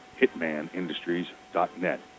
hitmanindustries.net